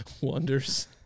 Wonders